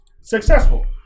successful